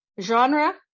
genre